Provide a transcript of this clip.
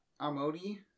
Amodi